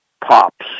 pops